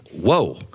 whoa